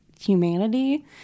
humanity